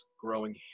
growing